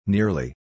Nearly